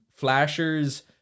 flashers